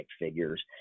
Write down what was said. figures